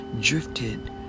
drifted